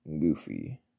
goofy